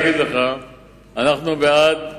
אנחנו בעד שלום,